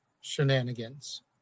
shenanigans